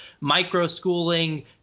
micro-schooling